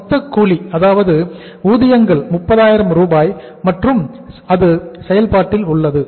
மொத்த கூலி அதாவது ஊதியங்கள் 30000 ரூபாய் மற்றும் அது செயல்பாட்டில் உள்ளது